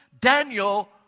Daniel